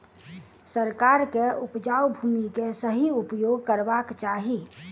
सरकार के उपजाऊ भूमि के सही उपयोग करवाक चाही